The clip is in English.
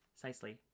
Precisely